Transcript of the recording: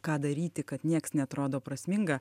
ką daryti kad nieks neatrodo prasminga